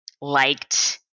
liked